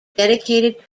dedicated